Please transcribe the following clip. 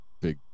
big